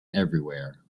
everywhere